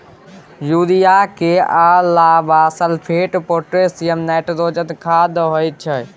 urea केर अलाबा sulphate, potassium, nitrogen खाद होइ छै